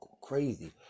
crazy